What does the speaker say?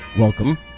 Welcome